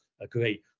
agree